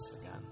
again